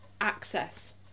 access